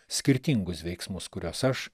skirtingus veiksmus kuriuos aš